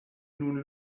nun